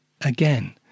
again